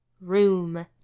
room